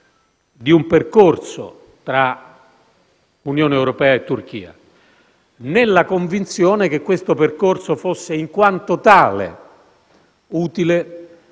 di un percorso tra Unione europea e Turchia, nella convinzione che questo percorso fosse, in quanto tale, utile